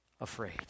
afraid